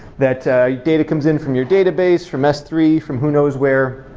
that data comes in from your database, from s three, from who knows where,